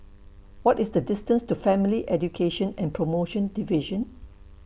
What IS The distance to Family Education and promotion Division